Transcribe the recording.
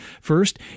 First